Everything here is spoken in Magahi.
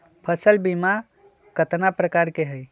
फसल बीमा कतना प्रकार के हई?